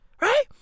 Right